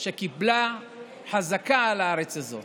שקיבלה חזקה על הארץ הזאת.